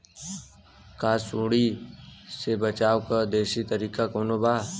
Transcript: का सूंडी से बचाव क देशी तरीका कवनो बा?